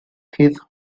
his